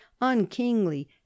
unkingly